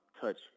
touch